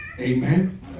Amen